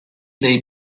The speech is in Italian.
dei